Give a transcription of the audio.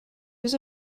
was